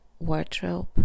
wardrobe